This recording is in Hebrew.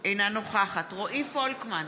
אינה נוכחת רועי פולקמן,